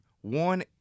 One